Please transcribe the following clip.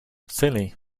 silly